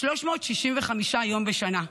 365 יום בשנה.